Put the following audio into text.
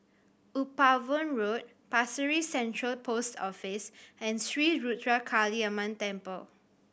Upavon Road Pasir Ris Central Post Office and Sri Ruthra Kaliamman Temple